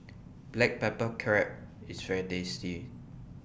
Black Pepper Crab IS very tasty